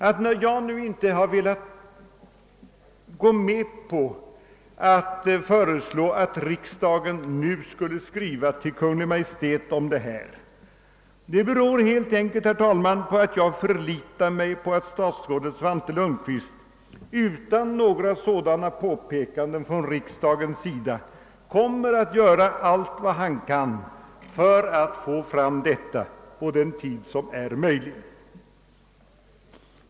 Att jag inte har velat gå med på förslaget att riksdagen nu skulle skriva till Kungl. Maj:t i detta ärende beror herr talman, helt enkelt på att jag förlitar mig på att statsrådet Svante Lundkvist utan några sådana påpekanden från riksdagen kommer att göra allt vad han kan för att få fram ärendet på den tid som är möjlig.